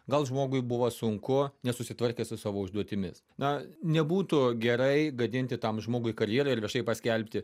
gal žmogui buvo sunku nesusitvarkė su savo užduotimis na nebūtų gerai gadinti tam žmogui karjerą ir viešai paskelbti